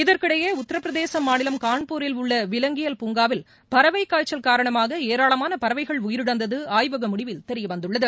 இதற்கிடையேஉத்தரபிரதேசமாநிலம் கான்பூரில் உள்ளவிலங்கியல் பூங்காவில் பறவைக்காய்ச்சல் காரணமாகஏராளமானபறவைகள் உயிரிழந்ததுஆய்வகமுடிவில் தெரியவந்துள்ளது